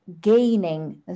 gaining